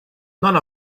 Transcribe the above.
none